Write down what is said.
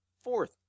Fourth